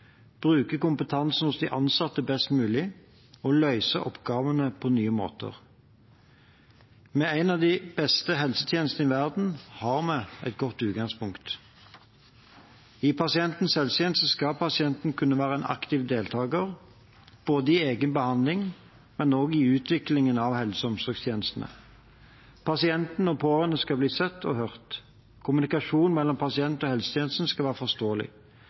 bruke kompetansen hos de ansatte best mulig og løse oppgavene på nye måter. Med en av de beste helsetjenestene i verden har vi et godt utgangspunkt. I pasientens helsetjeneste skal pasienten kunne være en aktiv deltaker i egen behandling, men også i utviklingen av helse- og omsorgstjenestene. Pasient og pårørende skal bli sett og hørt. Kommunikasjonen mellom pasient og helsetjeneste skal være forståelig.